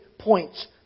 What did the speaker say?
points